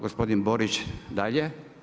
Gospodin Borić, dalje.